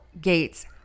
Gates